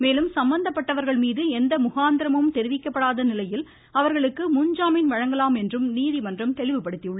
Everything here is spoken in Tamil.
மேலும் சம்பந்தப்பட்டவர்கள்மீது எந்த முகாந்திரமும் தெரிவிக்கப்படாத நிலையில் அவர்களுக்கு முன்ஜாமின் வழங்கலாம் என்றும் நீதிமன்றம் தெளிவுபடுத்தியுள்ளது